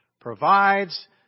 provides